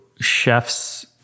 Chefs